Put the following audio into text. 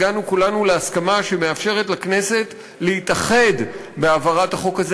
הגענו כולנו להסכמה שמאפשרת לכנסת להתאחד בהעברת החוק הזה.